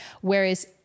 whereas